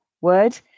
word